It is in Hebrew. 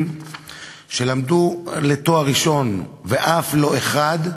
סיכויים שלו להגיע לתואר ראשון הם פי-2.5 מאשר של אחד משדרות.